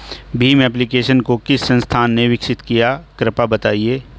Bhim application को किस संस्था ने विकसित किया है कृपया बताइए?